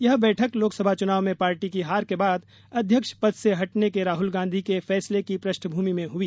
यह बैठक लोकसभा चुनाव में पार्टी की हार के बाद अध्यक्ष पद से हटने के राहुल गांधी के फैसले की पृष्ठभूमि में हुई